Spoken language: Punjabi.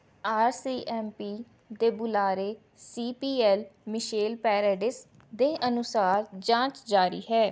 ਆਰ ਸੀ ਐੱਮ ਪੀ ਦੇ ਬੁਲਾਰੇ C P L Michelle Paradis ਦੇ ਅਨੁਸਾਰ ਜਾਂਚ ਜਾਰੀ ਹੈ